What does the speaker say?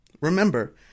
Remember